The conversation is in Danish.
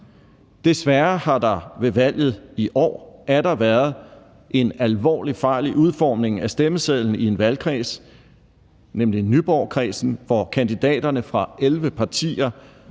Desværre har der ved valget i år atter været en alvorlig fejl i udformningen af stemmesedlen i en valgkreds, nemlig Nyborgkredsen, hvor kandidaterne fra 11 partier,